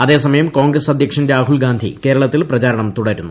അതേസമയം കോൺഗ്രസ് അധ്യക്ഷൻ രാഹുൽഗാന്ധി കേരളത്തിൽ പ്രചാരണം തുടരുന്നു